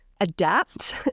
adapt